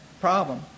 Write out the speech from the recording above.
problem